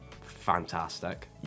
Fantastic